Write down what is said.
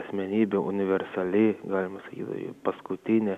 asmenybė universali galima sakyti paskutinė